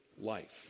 life